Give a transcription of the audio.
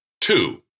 Two